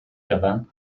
gyfan